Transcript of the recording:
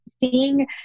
seeing